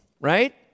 right